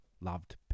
loved